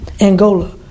Angola